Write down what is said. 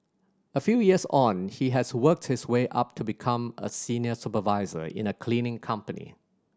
a few years on he has worked his way up to become a senior supervisor in a cleaning company